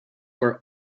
were